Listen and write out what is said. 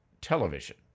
television